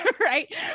right